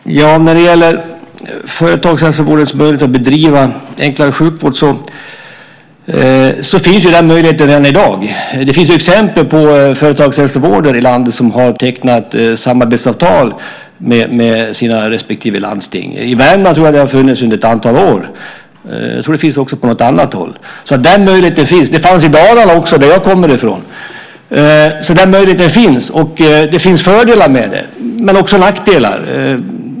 Fru talman! När det gäller företagshälsovårdens möjligheter att bedriva enklare sjukvård finns den redan i dag. Det finns exempel på företagshälsovård i landet som har tecknat samarbetsavtal med sina respektive landsting. I Värmland tror jag att det har funnits under ett antal år. Jag tror också att det finns på något annat håll. Det fanns i Dalarna också, som jag kommer från. Den möjligheten finns. Det finns fördelar med det, men också nackdelar.